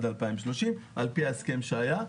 על פי ההסכם שהיה.